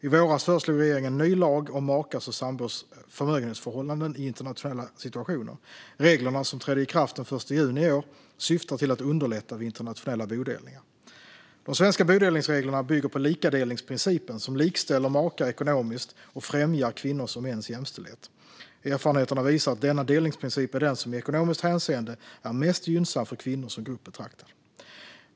I våras föreslog regeringen en ny lag om makars och sambors förmögenhetsförhållanden i internationella situationer. Reglerna, som trädde i kraft den 1 juni i år, syftar till att underlätta vid internationella bodelningar. De svenska bodelningsreglerna bygger på likadelningsprincipen, som likställer makar ekonomiskt och främjar kvinnors och mäns jämställdhet. Erfarenheterna visar att denna delningsprincip är den som i ekonomiskt hänseende är mest gynnsam för kvinnor som grupp.